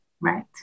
Right